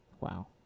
wow